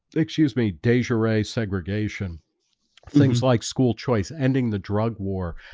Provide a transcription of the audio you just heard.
excuse me, desiree segregation things like school choice ending the drug war.